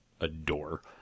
adore